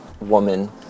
woman